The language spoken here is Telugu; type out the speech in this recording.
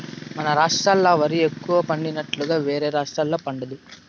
మన రాష్ట్రాల ఓరి ఎక్కువగా పండినట్లుగా వేరే రాష్టాల్లో పండదు